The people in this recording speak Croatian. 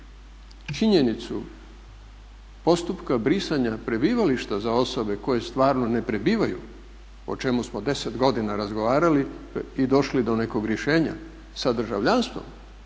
činjenicu postupka brisanja prebivalište za osobe koje stvarno ne prebivaju o čemu smo 10 godina razgovarali i došli do nekog rješenja sa državljanstvo